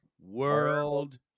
World